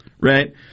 Right